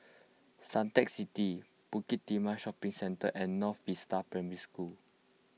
Suntec City Bukit Timah Shopping Centre and North Vista Primary School